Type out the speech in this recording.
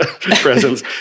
presence